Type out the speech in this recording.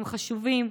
הם חשובים.